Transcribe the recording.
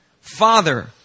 Father